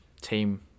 team